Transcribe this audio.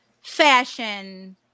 Fashion